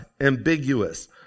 ambiguous